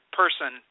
person